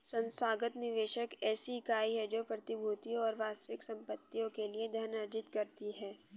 संस्थागत निवेशक ऐसी इकाई है जो प्रतिभूतियों और वास्तविक संपत्तियों के लिए धन अर्जित करती है